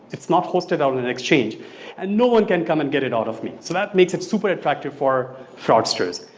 it's not hosted out in and exchange and no one can come and get it out of me so that makes it super attractive for fraudsters.